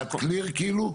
קאט קליר כאילו?